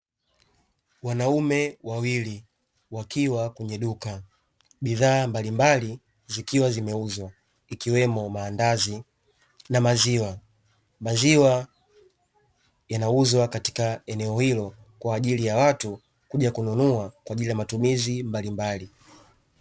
Wanaume wawili wakiwa kwenye dukani. Bidhaa mbalimbali zikiwa zinauzwa ikiwemo mandazi na maziwa. Maziwa yanauzwa katika eneo hilo kwa ajili ya watu kuja kununua kwa ajili ya matumizi mbalimbali.